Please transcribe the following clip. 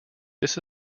this